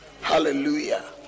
Hallelujah